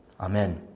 Amen